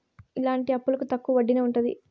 ఇలాంటి అప్పులకు తక్కువ వడ్డీనే ఉంటది